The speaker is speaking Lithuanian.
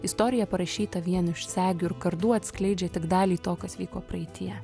istorija parašyta vien iš segių ir kardų atskleidžia tik dalį to kas vyko praeityje